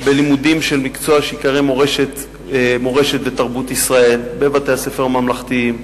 בלימודים של מקצוע שייקרא "מורשת ותרבות ישראל" בבתי-הספר הממלכתיים,